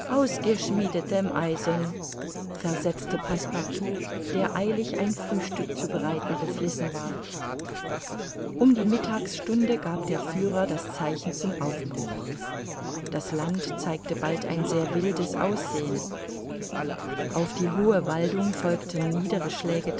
versetzte passepartout der eilig ein frühstück zu bereiten beflissen war um die mittagsstunde gab der führer das zeichen zum aufbruch das land zeigte bald ein sehr wildes aussehen auf die hohe waldung folgten niedere schläge